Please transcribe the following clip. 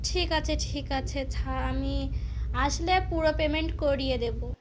ঠিক আছে ঠিক আছে আমি আসলে পুরো পেমেন্ট করিয়ে দেবো